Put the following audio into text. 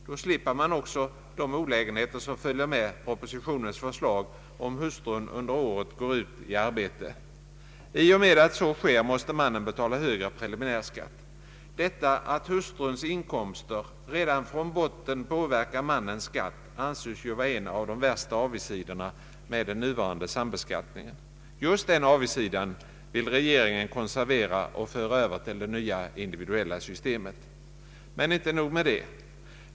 Då slipper man också de olägenheter som följer med propositionens förslag, om hustrun under året går ut i arbete. I och med att så sker måste mannen betala högre preliminärskatt. Detta att hustruns inkomster redan från botten påverkar mannens skatt anses ju vara en av de värsta avigsidorna med den nuvarande sambeskattningen. Just den avigsidan vill regeringen konservera och föra över till det nya, individuella systemet. Men inte nog med det.